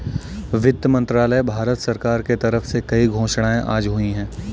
वित्त मंत्रालय, भारत सरकार के तरफ से कई घोषणाएँ आज हुई है